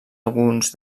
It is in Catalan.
alguns